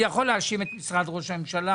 אני יכול להאשים את משרד ראש הממשלה,